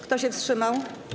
Kto się wstrzymał?